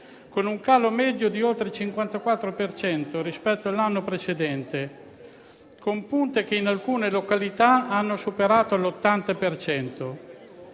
con un calo medio di oltre il 54 per cento rispetto all'anno precedente, con punte che in alcune località hanno superato l'80